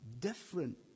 Different